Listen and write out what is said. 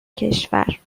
کشور